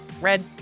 red